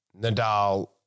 Nadal